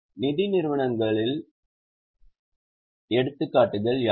நிதி நிறுவனங்களின் எடுத்துக்காட்டுகள் யாவை